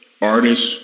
artists